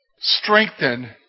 Strengthen